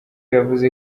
yavuze